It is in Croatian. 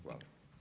Hvala.